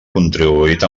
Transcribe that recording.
contribuït